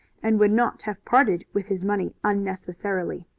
and would not have parted with his money unnecessarily.